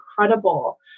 incredible